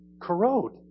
corrode